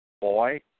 boy